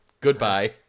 Goodbye